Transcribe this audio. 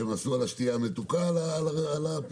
אלה שהם עשו על השתייה המתוקה על הפריפריה.